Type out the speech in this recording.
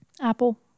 Apple